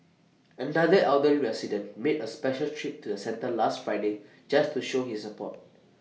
another elderly resident made A special trip to the centre last Friday just to show his support